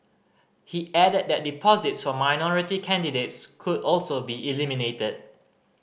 he added that deposits for minority candidates could also be eliminated